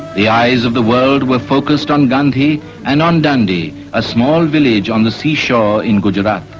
the eyes of the world were focused on gandhi and on dandi, a small village on the seashore in gujarat,